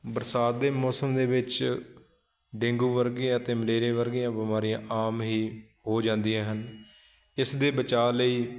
ਬਰਸਾਤ ਦੇ ਮੌਸਮ ਦੇ ਵਿੱਚ ਡੇਂਗੂ ਵਰਗੀਆਂ ਅਤੇ ਮਲੇਰੀਆ ਵਰਗੀਆਂ ਬਿਮਾਰੀਆਂ ਆਮ ਹੀ ਹੋ ਜਾਂਦੀਆਂ ਹਨ ਇਸ ਦੇ ਬਚਾਅ ਲਈ